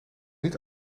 niet